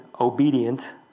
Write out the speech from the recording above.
obedient